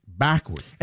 backwards